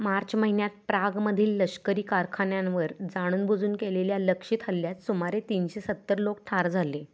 मार्च महिन्यात प्रागमधील लष्करी कारखान्यांवर जाणूनबुजून केलेल्या लक्ष्यित हल्ल्यात सुमारे तीनशे सत्तर लोक ठार झाले